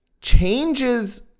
changes